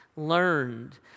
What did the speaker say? learned